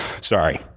Sorry